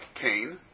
Cain